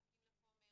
מחכים לחומר,